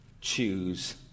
choose